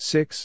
Six